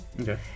Okay